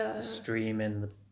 streaming